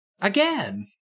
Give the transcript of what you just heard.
Again